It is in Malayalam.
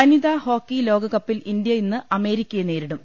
വനിതാ ഹോക്കി ലോകകപ്പിൽ ഇന്ത്യ ഇന്ന് അമേരിക്കയെ നേരിടും